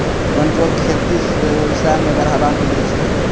वन रो खेती से व्यबसाय में बढ़ावा मिलै छै